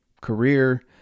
career